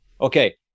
Okay